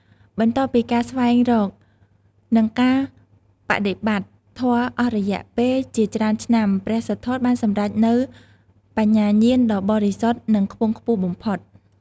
បន្ទាប់ពីការស្វែងរក និងការបដិបត្តិធម៌អស់រយៈពេលជាច្រើនឆ្នាំ ព្រះសិទ្ធត្ថបានសម្រេចនូវបញ្ញាញាណដ៏បរិសុទ្ធ និងខ្ពង់ខ្ពស់បំផុត។